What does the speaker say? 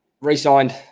re-signed